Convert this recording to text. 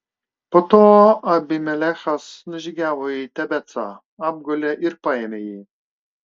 po to abimelechas nužygiavo į tebecą apgulė ir paėmė jį